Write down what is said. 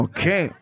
Okay